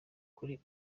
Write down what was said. kuri